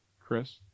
chris